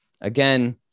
again